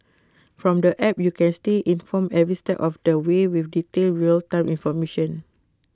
from the app you can stay informed every step of the way with detailed real time information